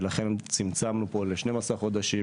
ולכן צמצמנו פה ל-12 חודשים